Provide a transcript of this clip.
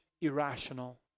irrational